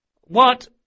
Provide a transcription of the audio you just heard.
What